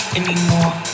anymore